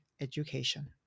Education